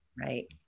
Right